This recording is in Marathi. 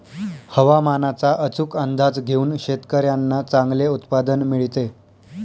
हवामानाचा अचूक अंदाज घेऊन शेतकाऱ्यांना चांगले उत्पादन मिळते